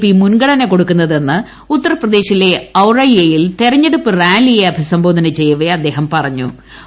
P മുൻഗണന കൊടുക്കുന്നതെന്ന് ഉത്തർപ്രദേശിലെ ഔറയ്യയിൽ തെരഞ്ഞെടുപ്പ് റാലിയെ അഭിസംബോധന ചെയ്യവേ അദ്ദേഹം പഠഞ്ഞൂ